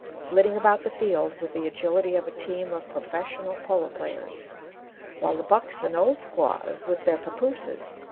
flitting about the field with the agility of a team of professional polo-players while the bucks and old squaws, with their pappooses,